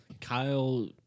Kyle